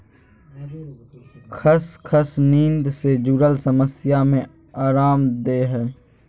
खसखस नींद से जुरल समस्या में अराम देय हइ